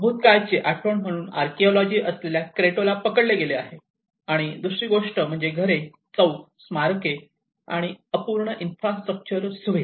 भूतकाळाची आठवण म्हणून अर्चाएवलॉजि असलेल्या क्रेटोला पकडले गेले आहे आणि दुसरी गोष्ट म्हणजे घरे चौक स्मारके आणि अपूर्ण इन्फ्रास्ट्रक्चर सुविधा